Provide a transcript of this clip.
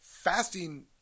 fasting